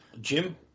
Jim